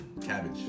cabbage